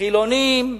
חילונים.